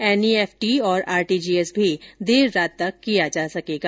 NEFT और RTGS भी देर रात तक किया जा सकेगा